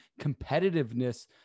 competitiveness